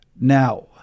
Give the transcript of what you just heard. Now